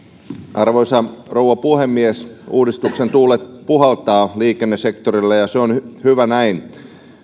arvoisa rouva puhemies uudistuksen tuulet puhaltavat liikennesektorille ja se on hyvä näin